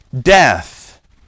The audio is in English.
death